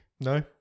No